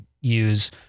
use